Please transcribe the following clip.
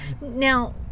Now